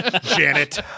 Janet